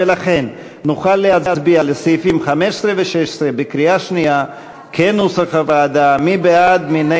ולכן נוכל להצביע בקריאה שנייה על סעיפים 15 ו-16,